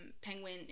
Penguin